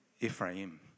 Ephraim